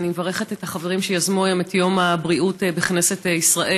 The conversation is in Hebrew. אני מברכת את החברים שיזמו היום את יום הבריאות בכנסת ישראל,